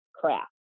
craft